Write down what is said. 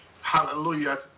hallelujah